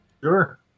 Sure